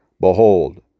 Behold